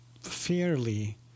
fairly